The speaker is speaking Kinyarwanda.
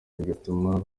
bigatuma